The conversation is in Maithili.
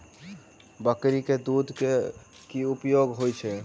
बकरी केँ दुध केँ की उपयोग होइ छै?